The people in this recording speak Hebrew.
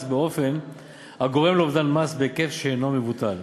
באופן הגורם לאובדן מס בהיקף שאינו מבוטל.